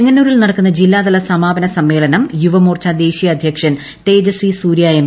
ചെങ്ങന്നൂരിൽ നടക്കുന്ന ജില്ലാതല സമാപന സമ്മേളനം യുവമോർച്ച ദേശീയ അദ്ധ്യക്ഷൻ തേജസ്വി സൂര്യ എം